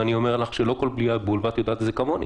ואני אומר לך שלא כל פגיעה היא בול ואת יודעת את זה כמוני.